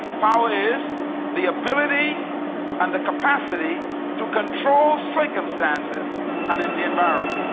power is the ability and the capacity to control circumstances and and the environment,